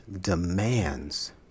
demands